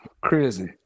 crazy